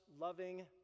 loving